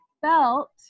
felt